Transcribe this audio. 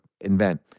invent